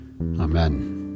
Amen